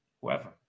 whoever